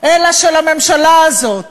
אלא של הממשלה הזאת